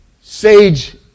sage